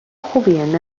خوبیه